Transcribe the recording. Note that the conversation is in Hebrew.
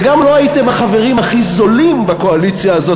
וגם לא הייתם החברים הכי זולים בקואליציה הזאת,